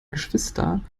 geschwister